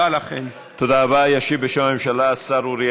כי כשאני עומדת כאן, אני,